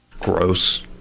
Gross